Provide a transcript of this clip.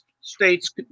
states